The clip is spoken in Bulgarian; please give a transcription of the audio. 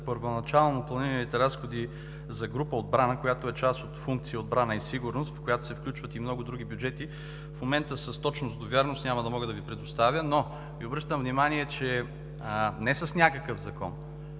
първоначално планираните разходи за група „Отбрана“, която е част от функция „Отбрана и сигурност“, включваща и много други бюджети, в момента с точност, до вярност няма да мога да Ви предоставя, но Ви обръщам внимание, че не с някакъв закон,